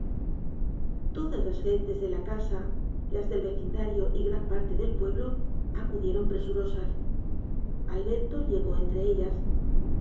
todas las gentes de la casa las del vecindario y gran parte del pueblo acudieron presurosas alberto llegó entre ellas